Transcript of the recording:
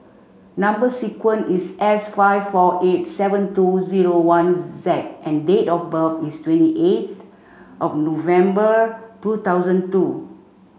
number sequence is S five four eight seven two zero one Z and date of birth is twenty eighth of November two thousand two